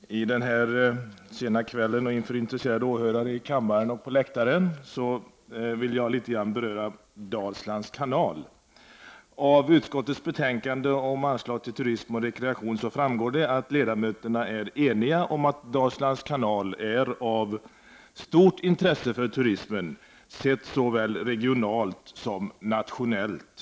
Herr talman! I den här sena kvällen och inför intresserade åhörare i kammaren och på läktaren vill jag litet grand beröra Dalslands kanal. Av utskot tets betänkande om anslag till turism och rekreation framgår att ledamöterna är eniga om att Dalslands kanal är av stort intresse, såväl regionalt som nationellt.